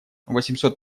восемьсот